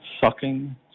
sucking